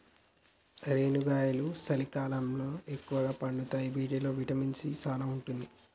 రేనుగాయలు సలికాలంలో ఎక్కుగా పండుతాయి వీటిల్లో విటమిన్ సీ సానా ఉంటది